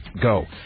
Go